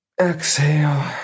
Exhale